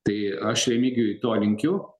tai aš remigijui to linkiu